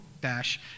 dash